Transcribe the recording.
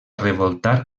revoltar